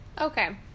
Okay